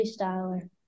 Freestyler